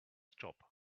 job